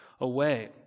away